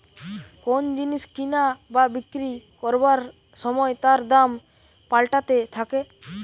কোন জিনিস কিনা বা বিক্রি করবার সময় তার দাম পাল্টাতে থাকে